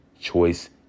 choice